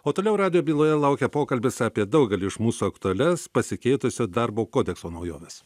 o toliau radijo byloje laukia pokalbis apie daugeliui iš mūsų aktualias pasikeitusio darbo kodekso naujoves